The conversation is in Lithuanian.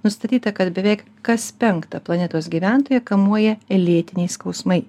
nustatyta kad beveik kas penktą planetos gyventoją kamuoja lėtiniai skausmai